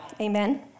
Amen